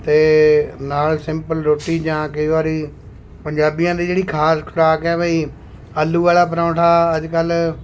ਅਤੇ ਨਾਲ਼ ਸਿੰਪਲ ਰੋਟੀ ਜਾਂ ਕਈ ਵਾਰੀ ਪੰਜਾਬੀਆਂ ਦੀ ਜਿਹੜੀ ਖਾਦ ਖੁਰਾਕ ਹੈ ਬਈ ਆਲੂ ਵਾਲਾ ਪਰੌਂਠਾ ਅੱਜ ਕੱਲ੍ਹ